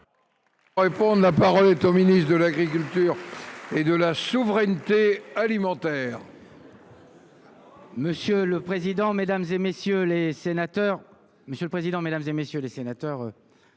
La parole est à M. le ministre de l’agriculture et de la souveraineté alimentaire. Monsieur le président, mesdames, messieurs les sénateurs,